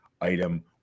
item